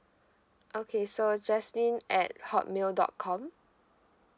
okay so jasmine at hotmail dot com